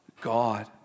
God